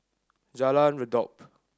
Jalan Redop